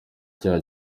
icyaha